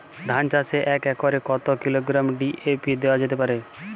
ধান চাষে এক একরে কত কিলোগ্রাম ডি.এ.পি দেওয়া যেতে পারে?